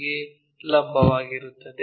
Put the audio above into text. P ಲಂಬವಾಗಿರುತ್ತದೆ